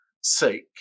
sake